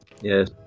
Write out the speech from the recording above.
Yes